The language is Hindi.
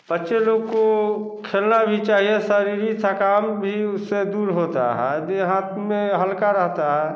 बच्चे लोग को खेलना भी चाहिए शारीरक थकान भी उससे दूर होता है दिमाग में हल्का रहता है